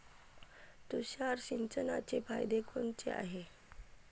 तुषार सिंचनाचे फायदे कोनचे हाये?